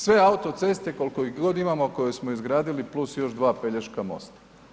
Sve autoceste koliko ih god imamo koje smo izgradili plus još 2 Pelješka mosta.